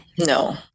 No